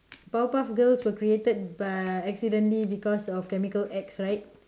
power puff girls were created by accidentally because of chemical X right